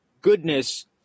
goodness